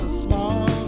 small